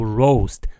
roast